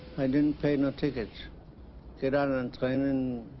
and didn't pay no ticket get out and train and